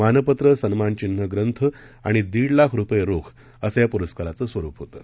मानपत्र सन्मानचिन्ह ग्रंथ आणिदीडलाखरुपयेरोखअसंयापुरस्काराचंस्वरूपहोतं